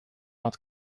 not